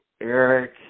Eric